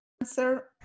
Answer